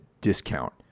discount